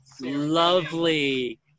lovely